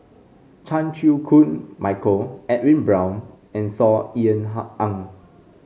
Chan Chew Koon Michael Edwin Brown and Saw Ean Ang